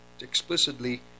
explicitly